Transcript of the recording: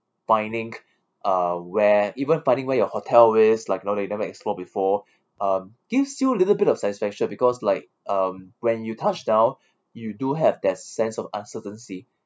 finding uh where even finding where your hotel is like you know they never explore before um gives you a little bit of satisfaction because like um when you touchdown you do have that sense of uncertainty